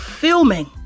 filming